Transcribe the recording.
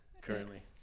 currently